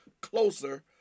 closer